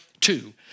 two